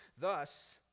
Thus